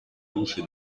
luce